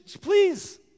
Please